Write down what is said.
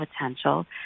potential